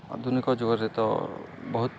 ଆଧୁନିକ ଯୁଗରେ ତ ବହୁତ